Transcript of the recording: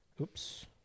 Oops